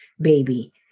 baby